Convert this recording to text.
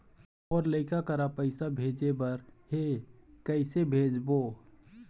मोर लइका करा पैसा भेजें बर हे, कइसे भेजबो?